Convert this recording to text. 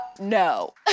no